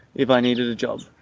if i needed a job,